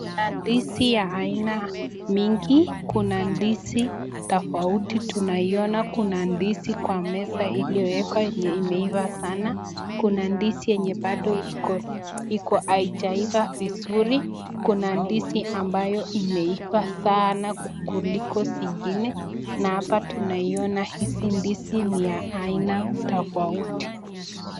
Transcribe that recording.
Kuna ndizi ya aina nyingi, kuna ndizi tofauti tunaiona kuna ndizi kwa meza ilowekwa iliyoiva sana, kuna ndizi yenye bado iko haijaiva vizuri, kuna ndizi ambayo imeiva sana kuliko zingine na hapa tunaziona hizi ndizi ni ya aina tofauti.